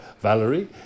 Valerie